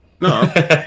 no